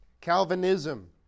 Calvinism